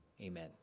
Amen